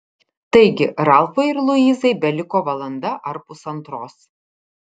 taigi ralfui ir luizai beliko valanda ar pusantros